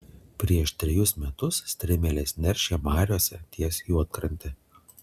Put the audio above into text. prieš trejus metus strimelės neršė mariose ties juodkrante